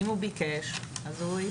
אם הוא ביקש, הוא ייתן.